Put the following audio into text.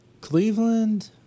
Cleveland